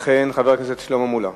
וכן חבר הכנסת שלמה מולה,